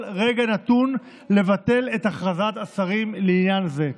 רגע נתון לבטל את הכרזת השרים לעניין זה.